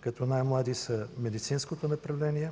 като най-млади са в медицинското направление.